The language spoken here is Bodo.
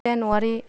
नवारि